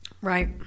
Right